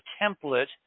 template